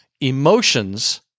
emotions